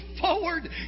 forward